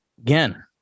Again